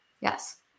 Yes